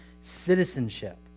citizenship